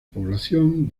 población